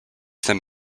them